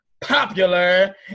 popular